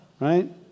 right